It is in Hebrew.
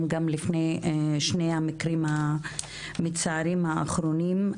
גם לפני שני המקרים המצערים האחרונים.